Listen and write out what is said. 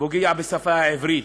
פוגע בשפה העברית.